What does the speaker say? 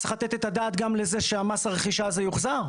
צריך לתת את הדעת גם לזה שמס הרכישה הזה יוחזר,